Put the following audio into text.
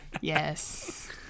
Yes